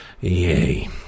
Yay